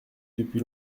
depuis